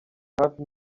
hafi